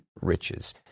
riches